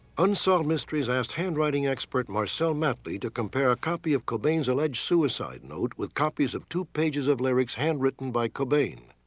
unsolved mysteries asked handwriting expert marcel matley to compare a copy of cobain's alleged suicide note with copies of two pages of lyrics handwritten by cobain.